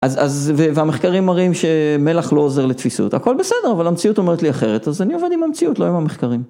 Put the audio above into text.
אז... והמחקרים מראים שמלח לא עוזר לתפיסות הכל בסדר אבל המציאות אומרת לי אחרת אז אני עובד עם המציאות לא עם המחקרים.